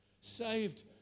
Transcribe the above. Saved